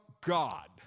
God